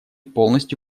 полностью